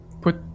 put